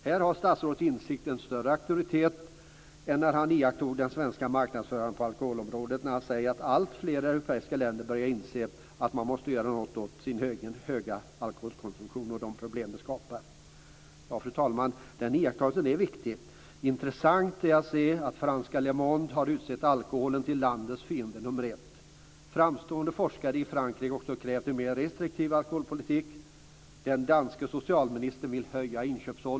Här har statsrådets insikt en större auktoritet än när han iakttog den svenska marknadsföringen på alkoholområdet. Han säger att alltfler europeiska länder börjar inse att man måste göra något åt sin egen höga alkoholkonsumtion och de problem som den skapar. Fru talman! Den iakttagelsen är viktig. Intressant är att se att franska Le Monde har utsett alkoholen till landets fiende nummer ett. Framstående forskare i Frankrike har krävt en mer restriktiv alkoholpolitik.